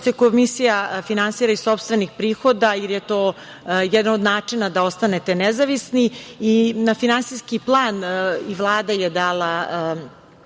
Komisija finansira iz sopstvenih prihoda, jer je to jedan od načina da ostanete nezavisni. Na finansijski plan i Vlada je dala